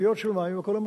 ענקיות של מים ממקום למקום.